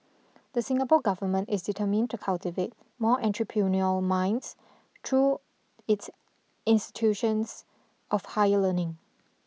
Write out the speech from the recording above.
the Singapore government is determined to cultivate more entrepreneurial minds through its institutions of higher learning